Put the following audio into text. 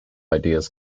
ideas